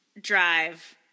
drive